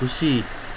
खुसी